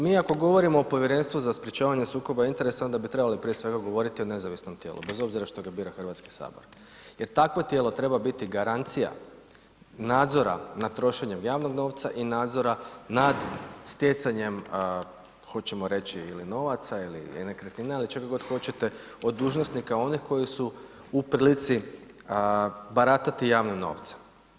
Mi ako govorimo o Povjerenstvu za sprječavanje sukoba interesa onda bi trebali prije svega govoriti o nezavisnom tijelu bez obzira što ga biti HS jer takvo tijelo treba biti garancija nadzora nad trošenjem javnog novca i nadzora nad stjecanjem hoćemo reći ili novaca ili nekretnina ili čega god hoćete od dužnosnika onih koji su u prilici baratati javnim novcem.